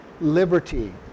Liberty